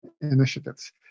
initiatives